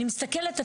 אני מסתכלת,